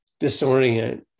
disorient